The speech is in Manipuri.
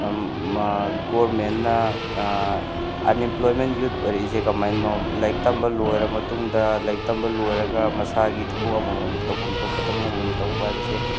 ꯒꯣꯚꯔꯟꯃꯦꯟꯠꯅ ꯑꯟꯏꯝꯄ꯭ꯂꯣꯏꯃꯦꯟ ꯌꯨꯠ ꯑꯣꯏꯔꯛꯏꯁꯦ ꯀꯃꯥꯏꯅꯅꯣ ꯂꯥꯏꯔꯤꯛ ꯇꯝꯕ ꯂꯣꯏꯔꯕ ꯃꯇꯨꯡꯗ ꯂꯥꯏꯔꯤꯛ ꯇꯝꯕ ꯂꯣꯏꯔꯒ ꯃꯁꯥꯒꯤ ꯊꯕꯛ ꯑꯃꯃꯝ ꯇꯧꯐꯝ ꯊꯣꯛꯄ ꯊꯕꯛ ꯑꯃꯃꯝ ꯇꯧꯕ ꯍꯥꯏꯕꯁꯦ